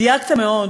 דייקת מאוד,